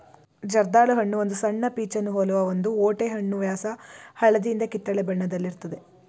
ಜರ್ದಾಳು ಹಣ್ಣು ಒಂದು ಸಣ್ಣ ಪೀಚನ್ನು ಹೋಲುವ ಒಂದು ಓಟೆಹಣ್ಣು ವ್ಯಾಸ ಹಳದಿಯಿಂದ ಕಿತ್ತಳೆ ಬಣ್ಣದಲ್ಲಿರ್ತದೆ